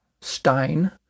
Stein